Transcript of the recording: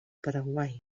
paraguai